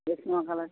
গ্ৰীষ্মকালত